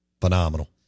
Phenomenal